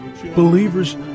believers